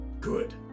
good